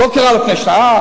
לא קרה לפני שנה?